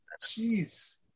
jeez